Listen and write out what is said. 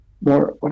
more